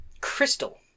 crystal